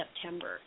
September